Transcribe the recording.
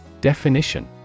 Definition